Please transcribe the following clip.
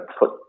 put